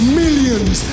millions